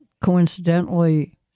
coincidentally